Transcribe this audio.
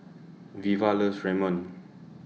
Veva loves Ramyeon